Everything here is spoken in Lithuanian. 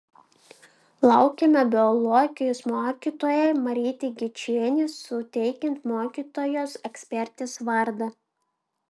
laukiame biologijos mokytojai marytei gečienei suteikiant mokytojos ekspertės vardą